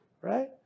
right